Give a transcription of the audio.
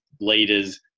leaders